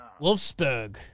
Wolfsburg